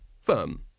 Firm